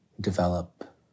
develop